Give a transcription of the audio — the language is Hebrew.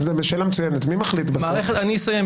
אני אסיים.